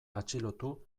atxilotu